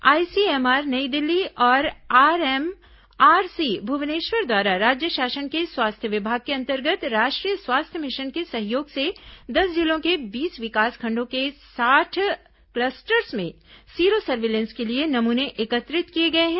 ICMR New Delhi और RMRC Bhubaneswar द्वारा राज्य शासन के स्वास्थ्य विभाग के अंतर्गत राष्ट्रीय स्वास्थ्य मिशन के सहयोग से दस जिलों के बीस विकासखंडों के साठ क्लस्टर्स में सीरो सर्विलेंस के लिए नमूने एकत्रित किए गए हैं